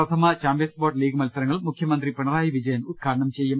പ്രഥമ champions boat league മത്സരങ്ങൾ മുഖ്യമന്ത്രി പിണറായി വിജയൻ ഉദ്ഘാടനം ചെയ്യും